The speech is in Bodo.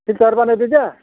फिलटार बानायदोंदा